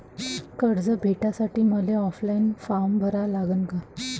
कर्ज भेटासाठी मले ऑफलाईन फारम भरा लागन का?